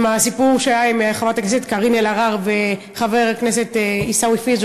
הסיפור שהיה עם חברת הכנסת קארין אלהרר וחבר הכנסת עיסאווי פריג',